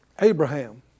Abraham